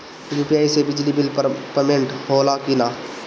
UPI से बिजली bill payment होला कि न?